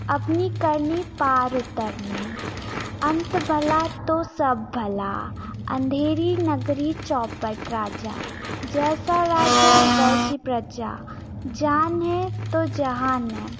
अपनी करनी पार उतरनी अंत भला तो सब भला अंधेरी नागरी चौपट राजा जैसा राजा वैसी प्रजा जान है तो जहान हैं